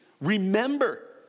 Remember